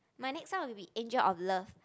my next one will be angel of love